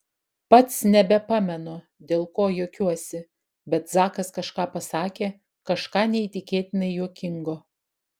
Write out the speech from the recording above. pats nebepamenu dėl ko juokiuosi bet zakas kažką pasakė kažką neįtikėtinai juokingo